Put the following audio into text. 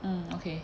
mm okay